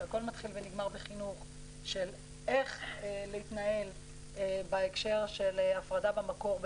הכול מתחיל ונגמר בחינוך איך להתנהל בהקשר של הפרדה במקור,